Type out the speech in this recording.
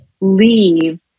leave